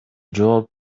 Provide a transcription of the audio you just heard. жооп